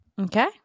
Okay